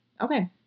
Okay